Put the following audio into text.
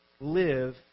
live